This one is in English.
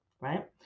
Right